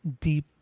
deep